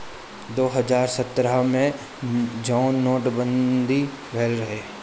दो हज़ार सत्रह मे जउन नोट बंदी भएल रहे